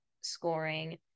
scoring